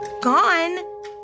gone